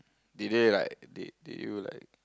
did they like did did you like